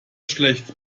schlecht